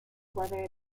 whether